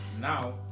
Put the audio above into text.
now